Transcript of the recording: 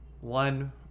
one